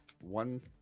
one